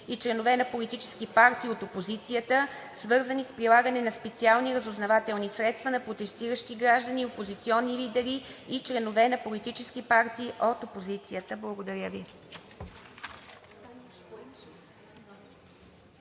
и членове на политически партии от опозицията, свързани с прилагане на специални разузнавателни средства на протестиращи граждани и опозиционни лидери и членове на политически партии от опозицията.“ Благодаря Ви.